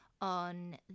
on